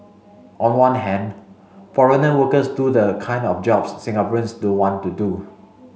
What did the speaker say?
on one hand foreigner workers do the kind of jobs Singaporeans don't want to do